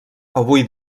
avui